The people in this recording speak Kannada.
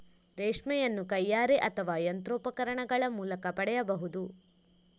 ರೇಷ್ಮೆಯನ್ನು ಕೈಯಾರೆ ಅಥವಾ ಯಂತ್ರೋಪಕರಣಗಳ ಮೂಲಕ ಪಡೆಯಬಹುದು